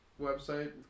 website